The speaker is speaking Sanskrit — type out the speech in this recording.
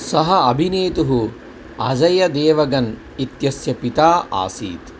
सः अभिनेतुः अजयदेवगन् इत्यस्य पिता आसीत्